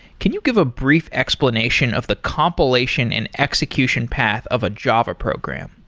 can you give a brief explanation of the compilation and execution path of a java program?